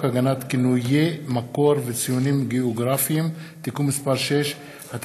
כינויי מקור וציונים גאוגרפיים (תיקון מס' 6),